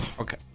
Okay